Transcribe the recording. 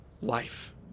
life